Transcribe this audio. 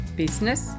business